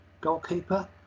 goalkeeper